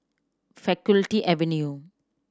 Faculty Avenue